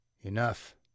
ENOUGH